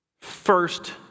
first